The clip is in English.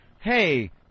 hey